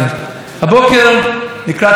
יום עלייתו של הרמב"ם להר הבית,